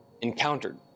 encountered